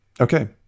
Okay